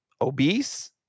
obese